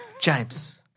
james